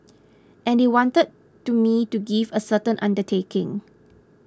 and they wanted to me to give a certain undertaking